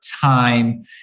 time